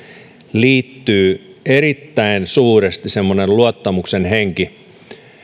liittyy erittäin suuresti semmoinen luottamuksen henki